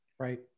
Right